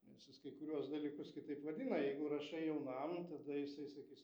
nes jis kai kuriuos dalykus kitaip vadina jeigu rašai jaunam tada jisai sakys